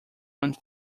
one